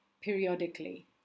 periodically